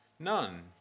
None